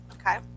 Okay